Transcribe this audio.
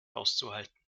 auszuhalten